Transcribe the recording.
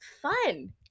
fun